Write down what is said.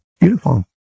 beautiful